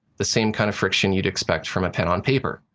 the same kind of friction you'd expect from a pen on paper.